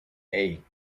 hey